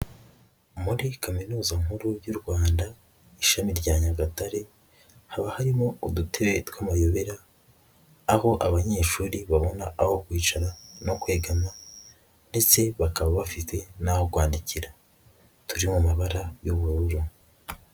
Muri Kaminuza nkuru y'u Ywanda ishami rya Nyagatare, haba harimo udute tw'amayobera, aho abanyeshuri babona aho kwicara no kwegana ndetse bakaba bafite n'aho kwandikira turi mu mabara y'ubururu.